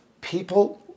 people